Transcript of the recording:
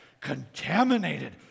contaminated